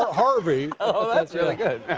ah harvey. ah that's really good.